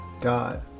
God